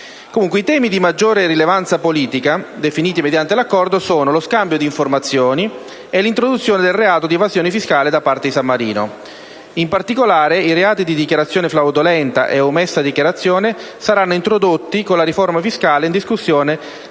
i temi di maggiore rilevanza politica definiti mediante l'accordo sono lo scambio di informazioni e l'introduzione del reato di evasione fiscale da parte di San Marino. In particolare, i reati di dichiarazione fraudolenta e di omessa dichiarazione saranno introdotti con la riforma fiscale in discussione